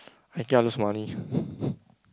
I kia lose money